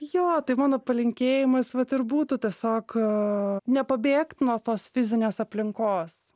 jo tai mano palinkėjimas vat ir būtų tiesiog nepabėgt nuo tos fizinės aplinkos